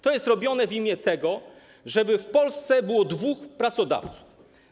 To jest robione w imię tego, żeby w Polsce było dwóch pracodawców.